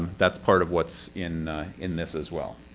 that's part of what's in in this as well.